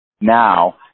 now